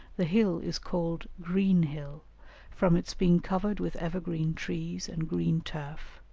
the hill is called green hill from its being covered with evergreen trees and green turf,